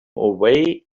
away